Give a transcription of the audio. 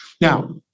Now